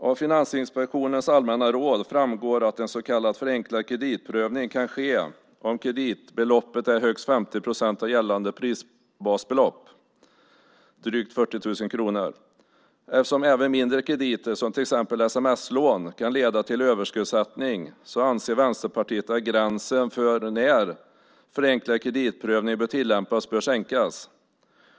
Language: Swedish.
Av Finansinspektionens allmänna råd framgår att en så kallad förenklad kreditprövning kan ske om kreditbeloppet är högst 50 procent av gällande prisbasbelopp, drygt 40 000 kronor. Eftersom även mindre krediter, som till exempel sms-lån, kan leda till överskuldsättning anser Vänsterpartiet att gränsen för när förenklad kreditprövning får tillämpas bör sänkas.